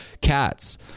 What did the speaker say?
cats